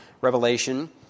Revelation